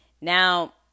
Now